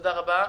תודה רבה.